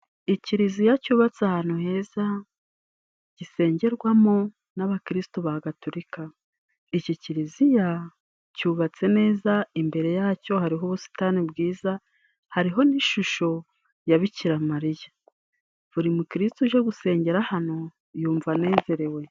Kiliziya yubatse ahantu heza. Isengerwamo n'abakirisito b'abagatolika. Iyi kiliziya yubatse neza. Imbere ya yo hariho ubusitani bwiza, hariho n'ishusho ya Bikira Mariya. Buri mukirisito uje gusengera hano yumva anezerewe.